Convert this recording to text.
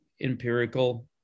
empirical